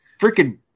Freaking